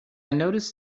noticed